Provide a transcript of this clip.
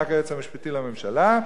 רק היועץ המשפטי לממשלה: